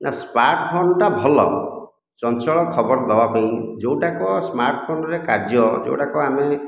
ନା ସ୍ମାର୍ଟଫୋନଟା ଭଲ ଚଞ୍ଚଳ ଖବର ଦେବା ପାଇଁ ଯେଉଁଟାକ ସ୍ମାର୍ଟଫୋନରେ କାର୍ଯ୍ୟ ଯେଉଁଗୁଡ଼ାକ ଆମେ